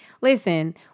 listen